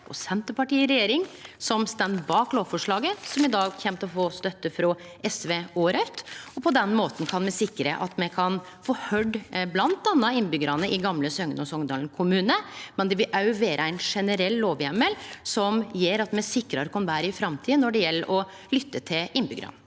og Senterpartiet i regjering som står bak lovforslaget, som i dag kjem til å få støtte frå SV og Raudt. På den måten kan me sikre at me kan få høyrt bl.a. innbyggjarane i gamle Søgne og Songdalen kommunar, men det vil òg vere ein generell lovheimel som gjer at me sikrar oss betre i framtida når det gjeld å lytte til innbyggjarane.